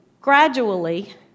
gradually